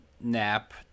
nap